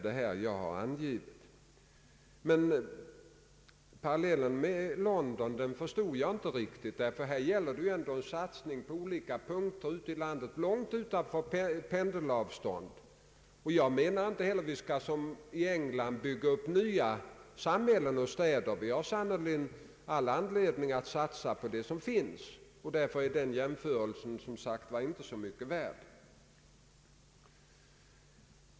Men jag förstod inte de paralleller med London som gjordes, ty här gäller det ändå en satsning på olika punkter ute i landet långt utanför pendelavstånd. Jag anser inte heller att man som i England bör bygga upp nya samhällen och städer, utan jag anser att det bör satsas på vad som redan finns i landet. Denna jämförelse är därför som sagt inte mycket värd.